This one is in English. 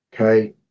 Okay